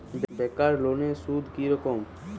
বেকার লোনের সুদ কি রকম?